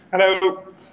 Hello